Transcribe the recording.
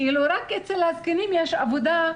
רק אצל הזקנים יש עבודה,